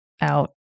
out